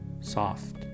soft